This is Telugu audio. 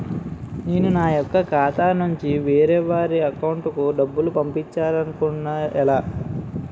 నేను నా యెక్క ఖాతా నుంచి వేరే వారి అకౌంట్ కు డబ్బులు పంపించాలనుకుంటున్నా ఎలా?